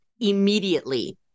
immediately